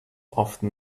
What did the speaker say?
often